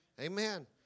Amen